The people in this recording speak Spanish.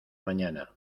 mañana